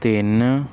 ਤਿੰਨ